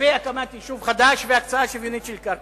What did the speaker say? לגבי הקמת יישוב חדש והקצאה שוויונית של קרקע,